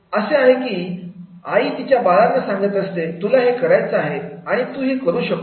आहे जसे की आई तिच्या बाळांना सांगत असते तुला हे करायच आहे आणि तू करू शकतो